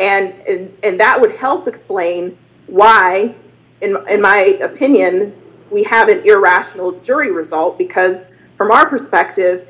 and and that would help explain why in my opinion we have an irrational jury result because from our perspective